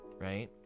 right